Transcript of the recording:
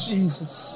Jesus